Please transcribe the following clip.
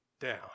down